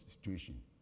situation